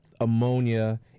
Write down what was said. ammonia